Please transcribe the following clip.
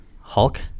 Hulk